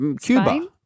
Cuba